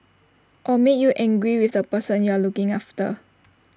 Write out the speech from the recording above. or make you angry with the person you are looking after